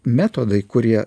metodai kurie